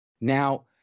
Now